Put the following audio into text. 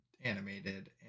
animated